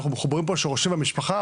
אנחנו מחוברים פה לשורשים ולמשפחה,